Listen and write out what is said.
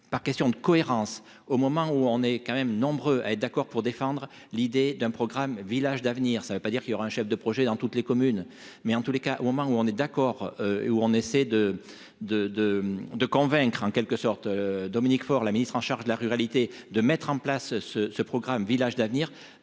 pas question de cohérence au moment où on est quand même nombreux à être d'accord pour défendre l'idée d'un programme village d'avenir ça veut pas dire qu'il y aura un chef de projet dans toutes les communes, mais en tous les cas, au moment où on est d'accord ou on essaie de, de, de, de convaincre en quelque sorte, Dominique Faure la ministre en charge de la ruralité, de mettre en place ce ce programme village d'avenir,